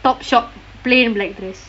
Topshop plain black dress